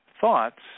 thoughts